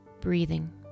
breathing